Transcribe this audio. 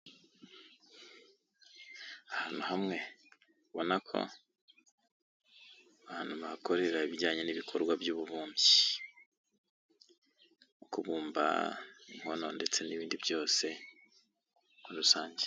Ahantu hamwe, ubona ko abantu bahakorera ibijyanye n'ibikorwa by'ububumbyi. Kubumba inkono n'ibindi byose muri rusange.